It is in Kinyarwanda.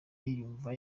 yumva